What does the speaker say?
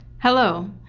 hello!